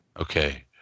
Okay